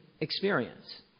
experience